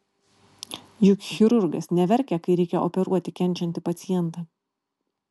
juk chirurgas neverkia kai reikia operuoti kenčiantį pacientą